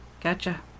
Gotcha